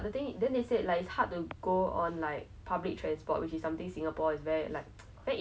like some people say it's like not so safe some people say like oh it's okay so I'm a bit